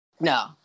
No